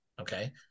okay